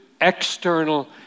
external